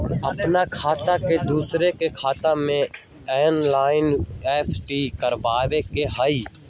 अपन खाते से दूसरा के खाता में एन.ई.एफ.टी करवावे के हई?